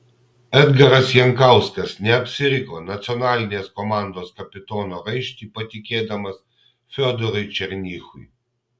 edgaras jankauskas neapsiriko nacionalinės komandos kapitono raištį patikėdamas fiodorui černychui